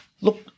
look